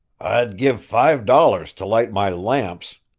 i'd give five dollars to light my lamps,